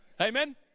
amen